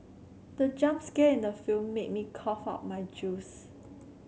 the jump scare in the film made me cough out my juice